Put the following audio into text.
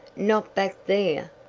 not back there!